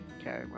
Okay